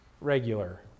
regular